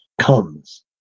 comes